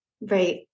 Right